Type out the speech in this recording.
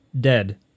dead